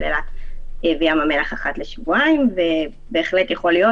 אילת וים המלח אחת לשבועיים ובהחלט יכול להיות,